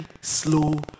slow